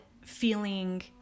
feeling